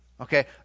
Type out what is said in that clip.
Okay